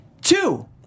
Two